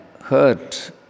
hurt